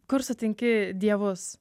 kur sutinki dievus